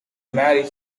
marry